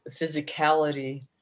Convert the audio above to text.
physicality